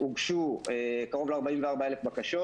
הוגשו קרוב ל-44 אלף בקשות.